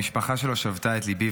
המשפחה שלו שבתה את ליבי,